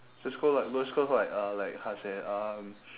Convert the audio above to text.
just go like just go like uh like how to say um